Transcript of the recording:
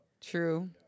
True